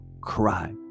cry